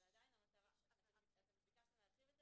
אבל עדיין אתם ביקשתם להרחיב את זה